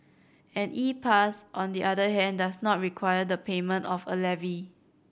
an E Pass on the other hand does not require the payment of a levy